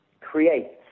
create